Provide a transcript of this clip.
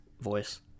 voice